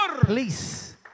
please